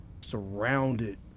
surrounded